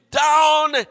down